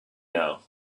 now